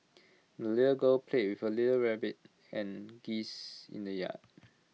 the little girl played with the little rabbit and geese in the yard